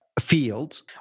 fields